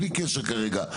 בלי קשר כרגע.